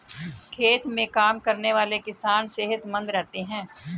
खेत में काम करने वाले किसान सेहतमंद रहते हैं